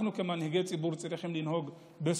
אנחנו כמנהיגי ציבור צריכים לנהוג בסובלנות,